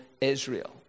Israel